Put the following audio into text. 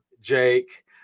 Jake